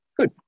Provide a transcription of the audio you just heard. Good